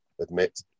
admit